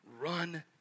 Run